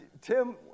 Tim